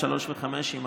3 ו-5 יימחקו.